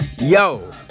yo